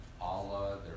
Allah